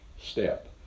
step